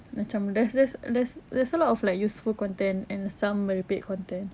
macam there's there's there's there's a lot of like useful content and some merepek content